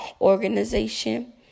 organization